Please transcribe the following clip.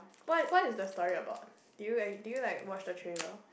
why what is the story about do you actually~ do you like watch the trailer